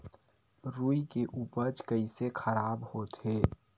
रुई के उपज कइसे खराब होथे?